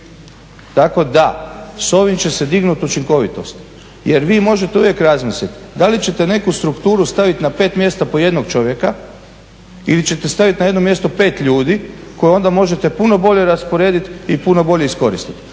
Tako da s ovim će se dignuti učinkovitost. Jer vi možete uvijek razmisliti da li ćete neku strukturu staviti na pet mjesta po jednog čovjeka ili čete staviti na jedno mjesto pet ljudi koje onda možete puno bolje rasporediti i puno bolje iskoristiti.